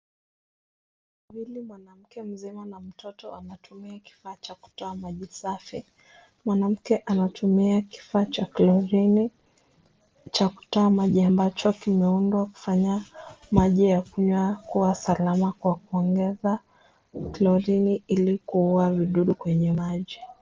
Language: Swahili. Mwili mwanamke mzima na mtoto anatumia kifaa cha kutoa majibu safi. Mwanamke anatumia kifaa cha klorini, cha kutoa majimba chofu miundo, fanya maji ya kunywa kuwa salama kwa kuongeza, klorini ili kuua vidudu kwenye maji.